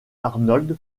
arnold